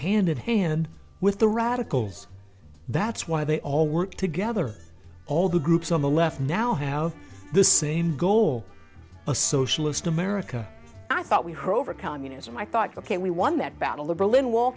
hand in hand with the radicals that's why they all work together all the groups on the left now have the same goal a socialist america i thought we heard over communism i thought ok we won that battle the berlin wall